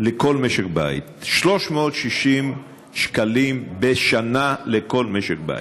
לכל משק בית, 360 שקלים בשנה לכל משק בית.